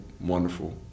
wonderful